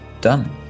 done